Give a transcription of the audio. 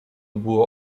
było